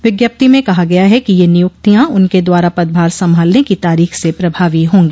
विज्ञप्ति में कहा गया है कि ये नियुक्तियां उनके द्वारा पदभार संभालने की तारीख से प्रभावी होंगी